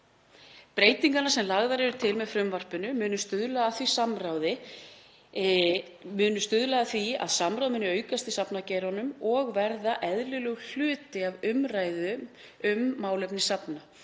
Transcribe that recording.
Breytingarnar sem lagðar eru til með frumvarpinu munu stuðla að því að samráð muni aukast í safnageiranum og verða eðlilegur hluti af umræðu um málefni safna.